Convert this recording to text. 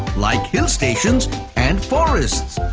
like hill stations and forests.